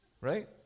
Right